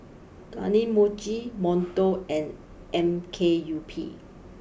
Kane Mochi Monto and M K U P